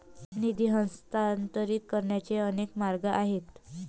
निधी हस्तांतरित करण्याचे अनेक मार्ग आहेत